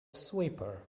sweeper